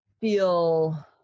feel